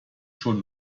schon